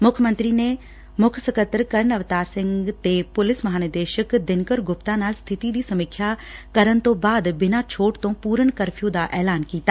ਮੁੱਖ ਮੰਤਰੀ ਨੇ ਮੁੱਖ ਸਕੱਤਰ ਕਰਨ ਅਵਤਾਰ ਸਿੰਘ ਤੇ ਪੁਲਿਸ ਮਹਾਂਨਿਦੇਸ਼ਕ ਦਿਨਕਰ ਗੁਪਤਾ ਨਾਲ ਸਬਿਤੀ ਦੀ ਸਮੀਖਿਆ ਕਰਨ ਤੋਂ ਬਾਅਦ ਬਿਨਾਂ ਛੋਟ ਤੋਂ ਪੂਰਨ ਕਰਫਿਊ ਦਾ ਐਲਾਨ ਕੀਤਾ